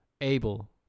able